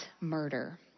murder